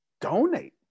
Donate